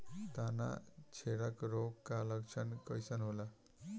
तना छेदक रोग का लक्षण कइसन होला?